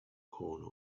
corner